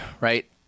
right